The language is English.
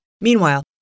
Meanwhile